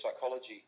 psychology